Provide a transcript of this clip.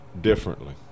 differently